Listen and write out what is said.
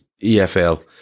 EFL